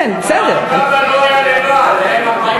אבל עלי בבא לא היה לבד, היו לו 40